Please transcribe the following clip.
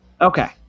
Okay